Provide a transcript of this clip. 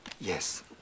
Yes